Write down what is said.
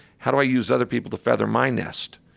how do i use other people to feather my nest?